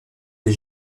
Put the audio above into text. des